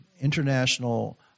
international